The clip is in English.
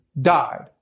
died